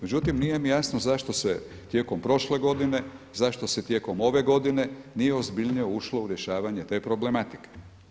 Međutim nije mi jasno zašto se tijekom prošle godine, zašto se tijekom ove godine nije ozbiljnije ušlo u rješavanje te problematike?